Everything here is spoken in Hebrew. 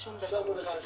בזום.